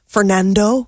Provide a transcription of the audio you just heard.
Fernando